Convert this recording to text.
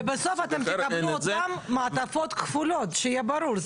ובסוף אתם תקבלו אותם מעטפות כפולות שיהיה ברור,